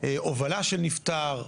הובלה של נפטר,